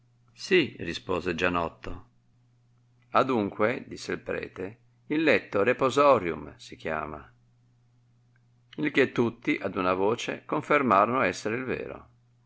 si rispose gianotto adunque disse il prete il letto riposo riu si chiama il che tutti ad una voce confermarono esser il vero